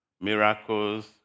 miracles